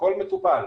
והכל מטופל.